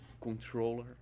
controller